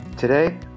Today